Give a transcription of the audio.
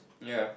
ya